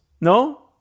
No